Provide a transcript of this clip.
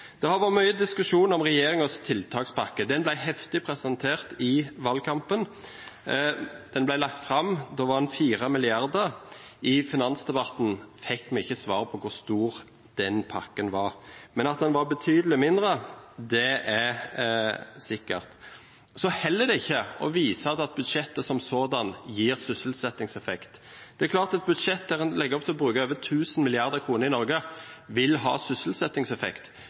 Det har vært mye diskusjon om regjeringens tiltakspakke. Den ble heftig presentert i valgkampen. Da den ble lagt fram, var den på 4 mrd. kr. I finansdebatten fikk vi ikke svar på hvor stor denne pakken var, men at den var betydelig mindre, er sikkert. Så holder det ikke å vise til at budsjettet som sådant gir sysselsettingseffekt. Det er klart at et budsjett der en legger opp til å bruke over 1 000 mrd. kr i Norge, vil ha sysselsettingseffekt,